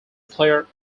player